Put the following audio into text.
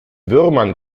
würmern